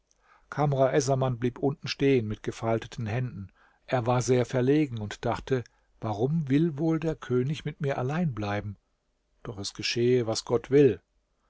essaman blieb unten stehen mit gefalteten händen er war sehr verlegen und dachte warum will wohl der könig mit mir allein bleiben doch es geschehe was gott will